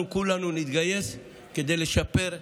אנחנו כולנו נתגייס כדי לשפר,